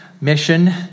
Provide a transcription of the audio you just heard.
mission